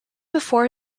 before